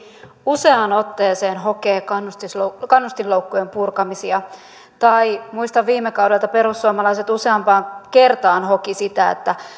useaan otteeseen hokee kannustinloukkujen purkamisia muistan viime kaudelta että perussuomalaiset useampaan kertaan hokivat sitä että